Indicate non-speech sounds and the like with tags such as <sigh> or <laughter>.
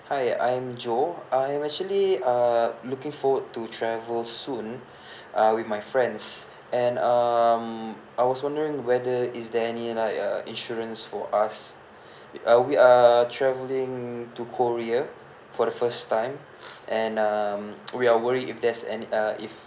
hi I'm joe I'm actually uh looking forward to travel soon <breath> uh with my friends and um I was wondering whether is there any like uh insurance for us <breath> uh we are travelling to korea for the first time and um <noise> we are worry if there's any uh if